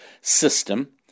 system